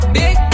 big